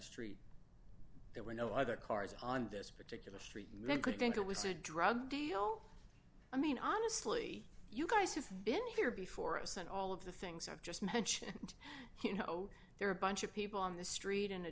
street there were no other cars on this particular street men could think it was a drug deal i mean honestly you guys have been here before us and all of the things i've just mentioned you know there are a bunch of people on the street in a